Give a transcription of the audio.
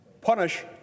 punish